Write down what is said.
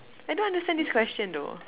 I don't understand this question though